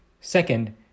Second